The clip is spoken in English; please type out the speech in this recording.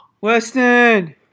Weston